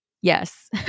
yes